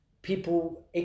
people